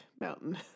mountain